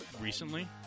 recently